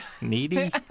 needy